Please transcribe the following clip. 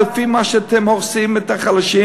לפי מה שאתם הורסים את החלשים,